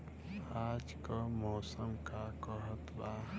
आज क मौसम का कहत बा?